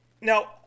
Now